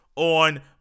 on